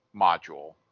module